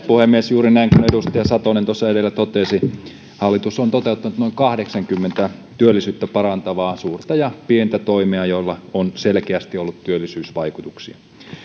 puhemies juuri näin kuin edustaja satonen tuossa edellä totesi hallitus on toteuttanut noin kahdeksankymmentä työllisyyttä parantavaa suurta ja pientä toimea joilla on selkeästi ollut työllisyysvaikutuksia